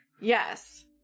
Yes